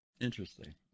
Interesting